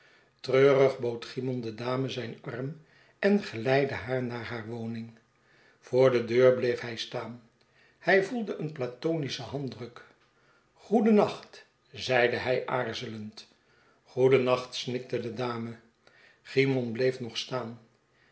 treurig bood cymon de dame zijn arm en geleidde haar naar hare woning voor de deur bleef hij staan hij voelde een platonischen handdruk goedennacht zeide hij aarzelend goedennacht snikte de dame cymon bleef nog staan